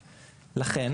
לכן,